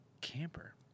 camper